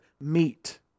meet